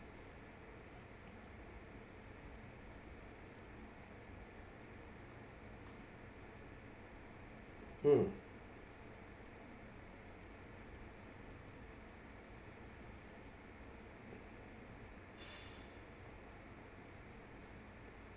mm